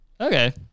Okay